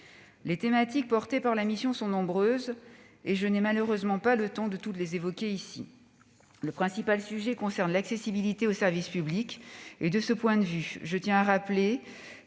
Les thématiques portées par la mission sont nombreuses et je n'ai malheureusement pas le temps de les évoquer toutes ici. Le principal sujet concerne l'accessibilité des services publics et, de ce point de vue, je tiens à rappeler